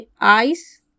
eyes